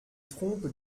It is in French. trompes